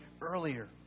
earlier